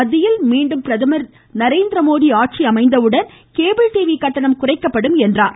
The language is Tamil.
மத்தியில் மீண்டும் பிரதமர் நரேந்திரமோடி ஆட்சி அமைந்தவுடன் கேபிள் டிவி கட்டணம் குறைக்கப்படும் என்றார்